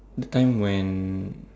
the time when